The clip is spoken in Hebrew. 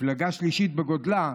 המפלגה השלישית בגודלה,